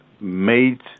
made